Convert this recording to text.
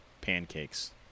pancakes